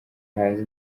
hanze